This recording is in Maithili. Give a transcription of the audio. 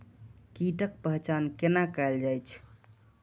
कीटक पहचान कैना कायल जैछ?